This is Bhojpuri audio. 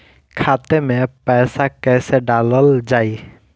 खाते मे पैसा कैसे डालल जाई?